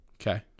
Okay